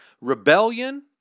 rebellion